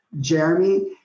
Jeremy